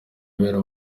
ibera